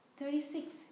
Thirty-six